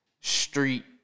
Street